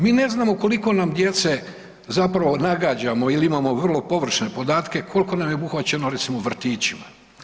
Mi ne znamo koliko nam djece, zapravo nagađamo il imamo vrlo površne podatke koliko nam je obuhvaćeno recimo vrtićima.